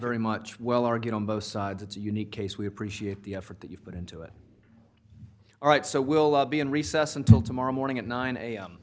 very much well argued on both sides it's a unique case we appreciate the effort that you put into it all right so we'll be in recess until tomorrow morning at nine a